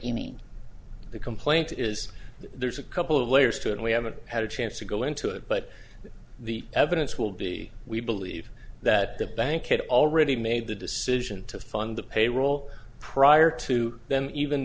the complaint is there's a couple of layers to and we haven't had a chance to go into it but the evidence will be we believe that the bank had already made the decision to fund the payroll prior to them even